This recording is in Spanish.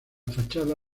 fachada